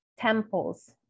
temples